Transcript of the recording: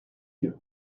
you